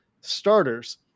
starters